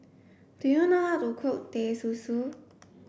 do you know how to cook teh susu